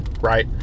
right